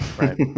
Right